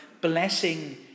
blessing